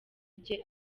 rye